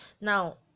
now